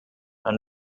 and